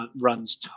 runs